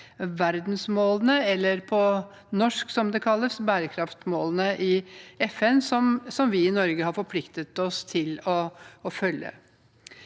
verdensmålene eller, som det kalles på norsk, bærekraftsmålene i FN, som vi i Norge har forpliktet oss til å følge.